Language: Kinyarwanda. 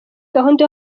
gahunda